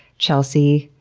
chelsey,